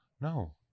No